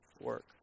work